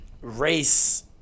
race